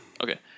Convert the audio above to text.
Okay